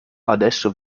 adesso